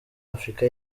africa